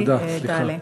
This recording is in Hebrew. תעלה.